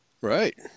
Right